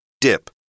Dip